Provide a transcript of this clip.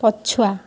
ପଛୁଆ